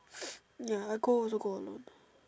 ya I go also go alone